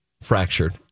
fractured